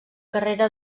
carrera